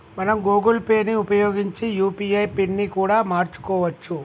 మనం Google Pay ని ఉపయోగించి యూ.పీ.ఐ పిన్ ని కూడా మార్చుకోవచ్చు